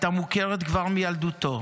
סטנדאפיסט ושדרן רדיו,